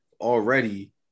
already